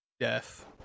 death